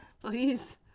please